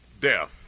death